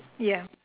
ya